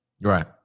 Right